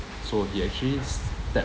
so he actually step